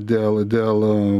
dėl dėl